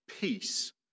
peace